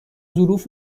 ظروف